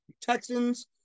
Texans